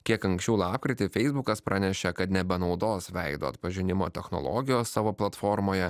kiek anksčiau lapkritį feisbukas pranešė kad nebenaudos veido atpažinimo technologijos savo platformoje